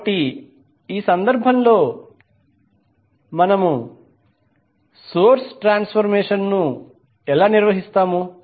కాబట్టి ఈ సందర్భంలో మనము సోర్స్ ట్రాన్సఫర్మేషన్ ను ఎలా నిర్వహిస్తాము